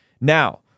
Now